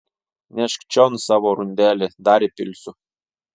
nešk čion savo rundelį dar įpilsiu